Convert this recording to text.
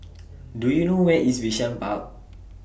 Do YOU know Where IS Bishan Park